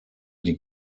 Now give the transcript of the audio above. die